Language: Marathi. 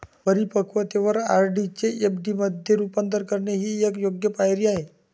परिपक्वतेवर आर.डी चे एफ.डी मध्ये रूपांतर करणे ही एक योग्य पायरी आहे